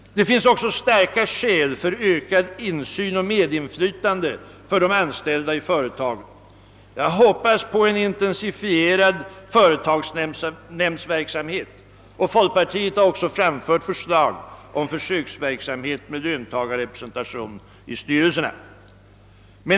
Det finns också starka skäl för ökad insyn och medinflytande för de anställda i företagen. Jag hoppas på en intensifierad företagsnämndsverksamhet, och folkpartiet har också framfört förslag om försöksverksamhet med löntagarrepresentation i styrelserna.